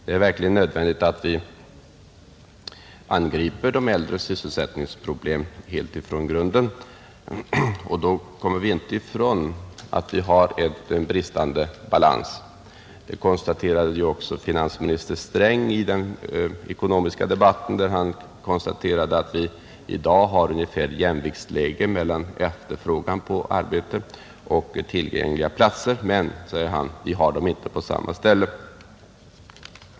Det är verkligen nödvändigt att vi angriper de äldres sysselsättningsproblem helt ifrån grunden, och då kommer vi inte ifrån att vi har en bristande balans, Det konstaterade också finansminister Sträng i den ekonomiska debatten, där han påpekade att vi i dag har ungefär jämviktsläge mellan efterfrågan på arbete och tillgängliga platser men inte har dem på samma ställe.